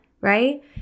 right